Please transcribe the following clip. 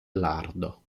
lardo